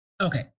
Okay